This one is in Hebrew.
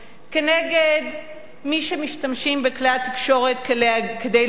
כנגד מי שמשתמשים בכלי התקשורת כדי להגן